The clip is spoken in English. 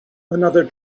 another